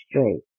straight